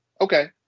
okay